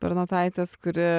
bernotaitės kuri